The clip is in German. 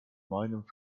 meinem